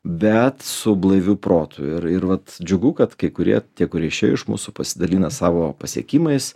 bet su blaiviu protu ir ir vat džiugu kad kai kurie tie kurie išėjo iš mūsų pasidalina savo pasiekimais